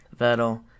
Vettel